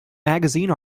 magazine